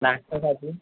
नाश्त्यासाठी